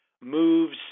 moves